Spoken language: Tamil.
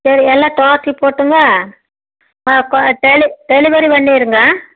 சரி எல்லாம் டோட்டல் போட்டுங்க டெலி டெலிவரி பண்ணியிருங்க